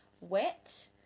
wet